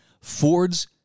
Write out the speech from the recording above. Ford's